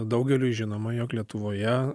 daugeliui žinoma jog lietuvoje